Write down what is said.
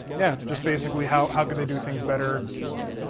yeah, just basically how how could they do things better. yeah